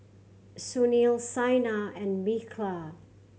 Sunil Saina and Milkha